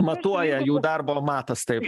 matuoja jų darbo matas taip